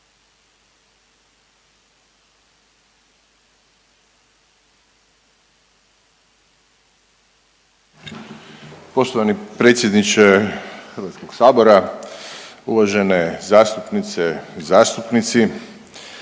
Poštovani predsjedniče HS, uvažene zastupnice i zastupnici.